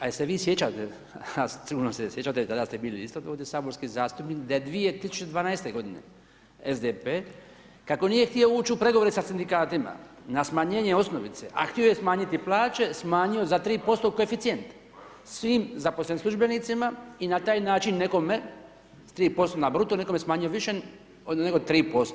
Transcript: A jel se vi sjećate, a sigurno se sjećate, tada ste bili isto saborski zastupnik da je 2012. g. SDP kako nije htio ući u pregovore sa sindikatima, na smanjenje osnovice, a htio je smanjiti plaće, smanjio za 3% u koeficijent, svi zaposlenim službenicima i na taj način nekome s 3% na bruto, nekome smanjio više nego 3%